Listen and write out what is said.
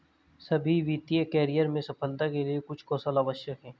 सभी वित्तीय करियर में सफलता के लिए कुछ कौशल आवश्यक हैं